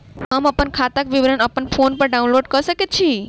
हम अप्पन खाताक विवरण अप्पन फोन पर डाउनलोड कऽ सकैत छी?